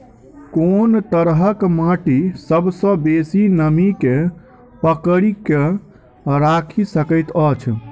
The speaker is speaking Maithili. कोन तरहक माटि सबसँ बेसी नमी केँ पकड़ि केँ राखि सकैत अछि?